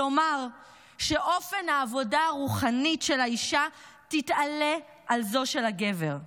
כלומר שאופן העבודה הרוחנית של האישה יתעלה על זה של הגבר.